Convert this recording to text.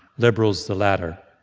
liberals the latter.